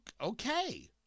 Okay